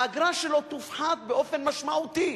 האגרה שלו תופחת באופן משמעותי.